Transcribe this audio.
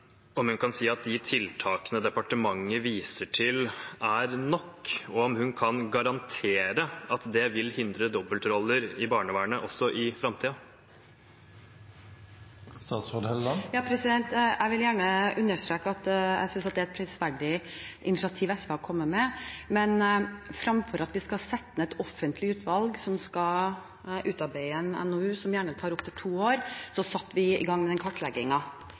om hun kan si at de tiltakene departementet viser til, er nok, og om hun kan garantere at det vil hindre dobbeltroller i barnevernet også i framtiden. Jeg vil gjerne understreke at jeg synes det er et prisverdig initiativ SV har kommet med, men framfor at vi skal sette ned et offentlig utvalg som skal utarbeide en NOU, som gjerne tar opp til to år, satte vi i gang med